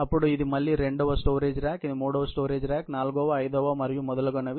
అప్పుడు ఇది మళ్ళీ రెండవ స్టోరేజ్ రాక్ ఇది మూడవ స్టోరేజ్ రాక్ నాల్గవ ఐదవ మరియు మొదలగునవి